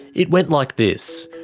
it went like this.